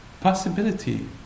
possibility